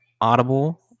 Audible